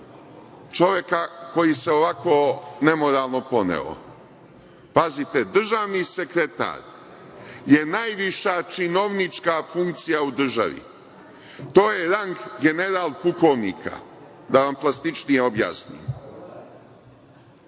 čoveka koji se ovako nemoralno poneo? Pazite, državni sekretar je najviša činovnička funkcija u državi. To je rang general-pukovnika da vam plastičnije objasnim.